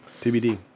TBD